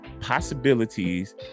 Possibilities